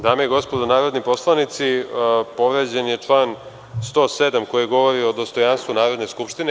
Dame i gospodo narodni poslanici, povređen je član 107. koji govori o dostojanstvu Narodne skupštine.